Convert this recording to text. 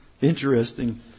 interesting